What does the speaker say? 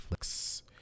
netflix